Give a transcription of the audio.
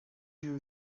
you